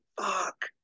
fuck